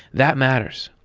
that matters.